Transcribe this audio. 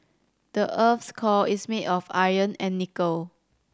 the earth's core is made of iron and nickel